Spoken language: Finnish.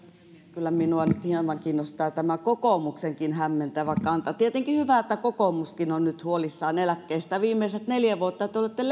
kyllä minua nyt hieman kiinnostaa tämä kokoomuksenkin hämmentävä kanta on tietenkin hyvä että kokoomuskin on nyt huolissaan eläkkeistä viimeiset neljä vuotta te te olette